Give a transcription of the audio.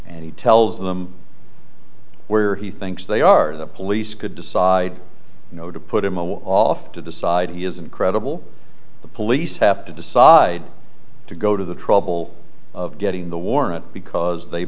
and he tells them where he thinks they are the police could decide you know to put him away off to decide he isn't credible the police have to decide to go to the trouble of getting the warrant because they